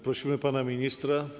Prosimy pana ministra.